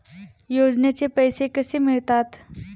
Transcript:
योजनेचे पैसे कसे मिळतात?